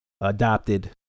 adopted